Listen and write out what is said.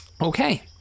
Okay